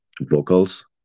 vocals